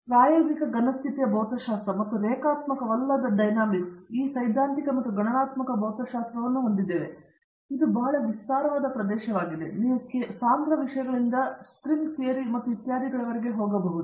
ಮತ್ತು ಪ್ರಾಯೋಗಿಕ ಘನ ಸ್ಥಿತಿಯ ಭೌತಶಾಸ್ತ್ರ ಮತ್ತು ರೇಖಾತ್ಮಕವಲ್ಲದ ಡೈನಾಮಿಕ್ಸ್ ಮತ್ತು ನಾವು ಈ ಸೈದ್ಧಾಂತಿಕ ಮತ್ತು ಗಣನಾತ್ಮಕ ಭೌತಶಾಸ್ತ್ರವನ್ನು ಹೊಂದಿದ್ದೇವೆ ಮತ್ತು ಇದು ಬಹಳ ವಿಸ್ತಾರವಾದ ಪ್ರದೇಶವಾಗಿದೆ ನೀವು ಸಾಂದ್ರ ವಿಷಯಗಳಿಂದ ಸ್ಟ್ರಿಂಗ್ ಥಿಯರಿ ಮತ್ತು ಇತ್ಯಾದಿಗಳವರೆಗೆ ಹೋಗಬಹುದು